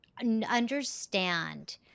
understand